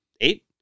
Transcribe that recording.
eight